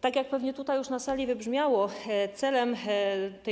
Tak jak pewnie już na sali wybrzmiało, celem